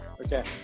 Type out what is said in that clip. Okay